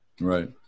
Right